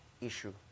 issue